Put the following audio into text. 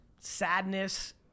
sadness